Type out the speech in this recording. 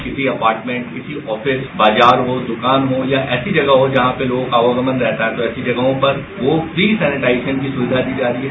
किसी अपार्टमेंट किसी ऑफिस बाजार हो दुकान हो या ऐसी जगह हो जहां पर लोगों का आवागमन रहता हो तो ऐसी जगहों पर वो फ्री सेनिटाइजन की सुविधा दी जा रही है